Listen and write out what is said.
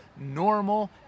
normal